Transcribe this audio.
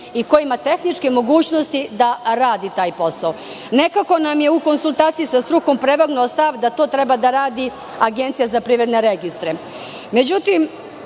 i ko ima tehničke mogućnosti da radi taj posao. Nekako nam je u konsultaciji sa strukom prevagnuo stav da to treba da radi Agencija za privredne registre.Međutim,